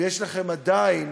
ויש לכם עדיין